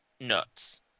Nuts